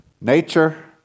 Nature